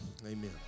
amen